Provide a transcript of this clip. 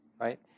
right